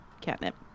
catnip